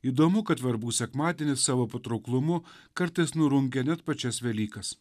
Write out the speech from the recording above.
įdomu kad verbų sekmadienis savo patrauklumu kartais nurungia net pačias velykas